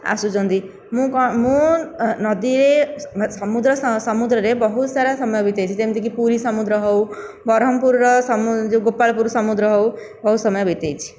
ଆସୁଛନ୍ତି ମୁଁ କ'ଣ ମୁଁ ନଦୀରେ ସମୂଦ୍ରରେ ବହୁତ ସାରା ସମୟ ବିତେଇଛି ଯେମିତିକି ପୁରୀ ସମୁଦ୍ର ହେଉ ବ୍ରହ୍ମପୁରର ସମୁଦ୍ର ଯେଉଁ ଗୋପାଳପୁର ସମୁଦ୍ର ହେଉ ବହୁତ ସମୟ ବିତେଇଛି